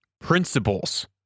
principles